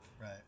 Right